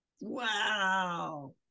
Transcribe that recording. Wow